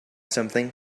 something